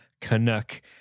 Canuck